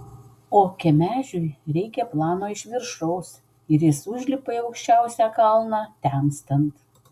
o kemežiui reikia plano iš viršaus ir jis užlipa į aukščiausią kalną temstant